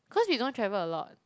cause we don't travel a lot